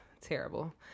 terrible